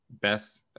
Best